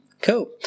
Cool